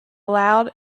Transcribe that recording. loud